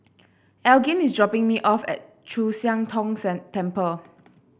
Elgin is dropping me off at Chu Siang Tong Temple